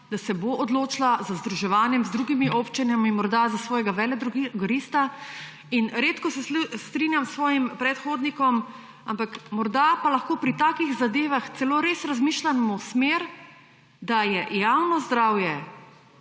da se bo odločila za združevanje z drugimi občinami, morda za svojega veledrogerista. Redko se strinjam s svojim predhodnikom, ampak morda pa lahko pri takih zadevah celo res razmišljamo v smeri, da je javno zdravje